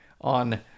on